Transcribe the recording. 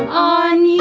on